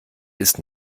ist